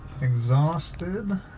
exhausted